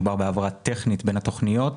מדובר בהעברה טכנית בין התכניות.